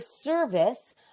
service